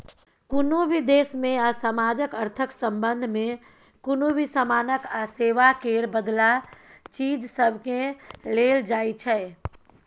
कुनु भी देश में आ समाजक अर्थक संबंध में कुनु भी समानक आ सेवा केर बदला चीज सबकेँ लेल जाइ छै